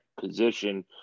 position